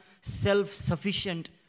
self-sufficient